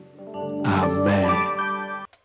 Amen